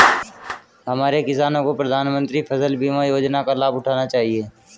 हमारे किसानों को प्रधानमंत्री फसल बीमा योजना का लाभ उठाना चाहिए